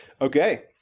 Okay